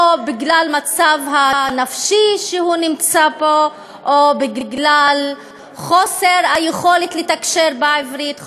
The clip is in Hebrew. או בגלל המצב הנפשי שהם נמצאים בו או בגלל חוסר היכולת לתקשר בעברית,